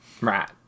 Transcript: Right